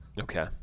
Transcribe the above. Okay